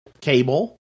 Cable